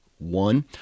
one